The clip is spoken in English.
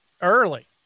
early